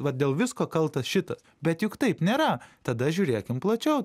vat dėl visko kaltas šitas bet juk taip nėra tada žiūrėkim plačiau